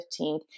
15th